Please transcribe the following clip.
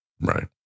Right